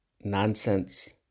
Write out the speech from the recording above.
nonsense